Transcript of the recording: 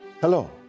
Hello